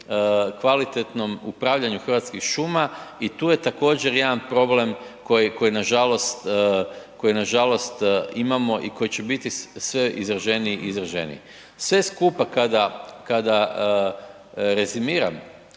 kvalitetnom upravljanju hrvatskih šuma i tu je također jedan problem koji nažalost imamo i koji će biti sve izraženiji i izraženiji. Sve skupa kada rezimiran,